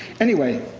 anyway,